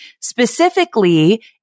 Specifically